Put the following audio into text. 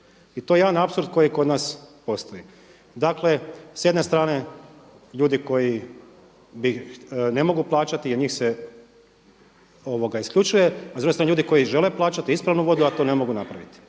I to je jedan apsurd koji kod nas postoji. Dakle s jedne strane ljudi koji ne mogu plaćati jer njih se isključuje, a s druge strane ljudi koji žele plaćati ispravnu vodu, a to ne mogu napraviti.